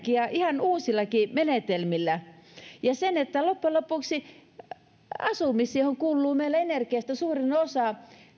energiaa ihan uusillakin menetelmillä loppujen lopuksi asumiseenhan kuluu meillä energiasta suurin osa